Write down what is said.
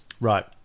Right